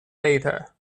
later